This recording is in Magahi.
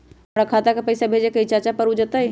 हमरा खाता के पईसा भेजेए के हई चाचा पर ऊ जाएत?